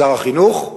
שר החינוך,